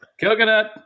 coconut